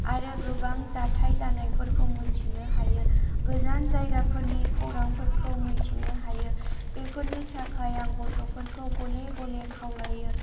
आरो गोबां जाथाय जानायफोरखौ मोन्थिनो हायो गोजान जायगाफोरनि खौरांफोरखौ मोन्थिनो हायो बेफोरनि थाखाय आं गथ'फोरखौ गले गले खावलायो